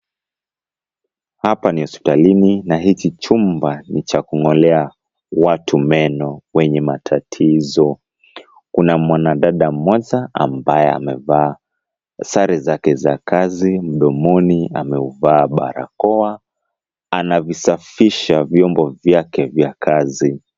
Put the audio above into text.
Hapa ni hospitalini na hichi chumba ni cha kung'olea watu meno wenye matatizo. Kuna mwanadada mmoja ambaye amevaa sare zake za kazi, mdomoni ameuvaa barakoa anavisafisha vyombo vyake vya kazi.